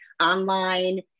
online